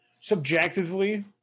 subjectively